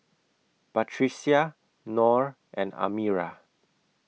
Batrisya Nor and Amirah